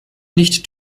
nicht